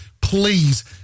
please